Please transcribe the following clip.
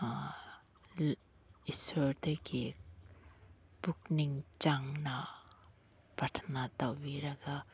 ꯏꯁꯣꯔꯗꯒꯤ ꯄꯨꯛꯅꯤꯡ ꯆꯪꯅ ꯄ꯭ꯔꯥꯊꯅꯥ ꯇꯧꯕꯤꯔꯒ